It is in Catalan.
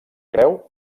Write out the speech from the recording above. creu